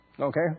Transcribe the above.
Okay